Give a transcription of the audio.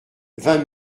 vingt